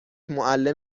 معلم